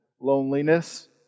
loneliness